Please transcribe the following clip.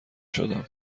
شدم